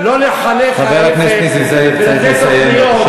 חבר הכנסת נסים זאב, צריך לסיים.